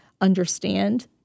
understand